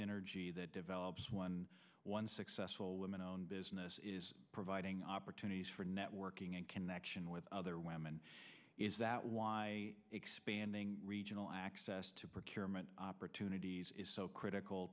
ynergy that develops one one successful women owned business providing opportunities for networking and connection with other women is that while expanding regional access to opportunities is so critical